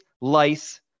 Lice